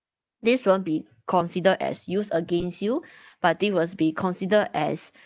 this won't be considered as use against you but it will be considered as